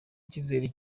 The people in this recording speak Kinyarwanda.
icyizere